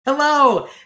Hello